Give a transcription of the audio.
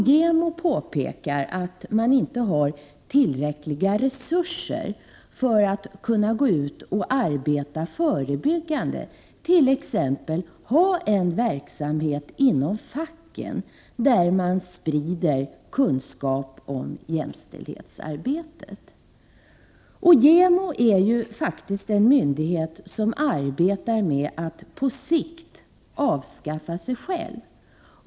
JämO påpekar att man inte har tillräckliga resurser för att kunna gå ut och arbeta förebyggande, t.ex. ha en verksamhet inom facken där man sprider kunskap om jämställdhetsarbetet. JämO är faktiskt en myndighet som arbetar med att på sikt avskaffa sig själv.